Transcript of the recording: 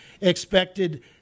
expected